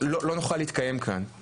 לא נוכל להתקיים כאן,